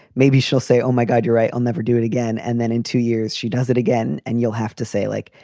maybe she'll say, oh, my god, you're right. i'll never do it again. and then in two years, she does it again. and you'll have to say like,